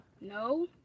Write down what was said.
No